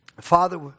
Father